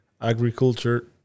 agriculture